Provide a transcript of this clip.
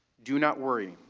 do not worry,